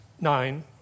Nine